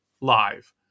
live